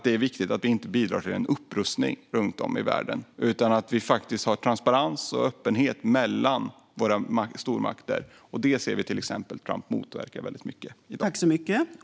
Det är viktigt att vi inte bidrar till en upprustning runt om i världen utan att vi faktiskt har transparens och öppenhet mellan våra stormakter. Det ser vi till exempel Trump motverka mycket i dag.